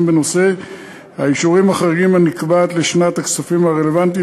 בנושא האישורים החריגים הנקבעת לשנת הכספים הרלוונטית,